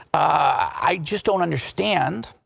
i just don't understand.